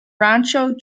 rancho